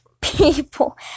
people